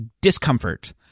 discomfort